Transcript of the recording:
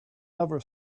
never